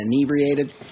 inebriated